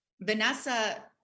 Vanessa